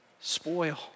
spoil